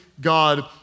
God